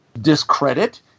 discredit